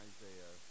Isaiah